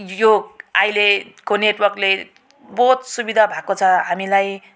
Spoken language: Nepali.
यो अहिलेको नेटवर्कले बहुत सुविधा भएको छ हामीलाई